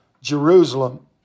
Jerusalem